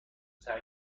تنگ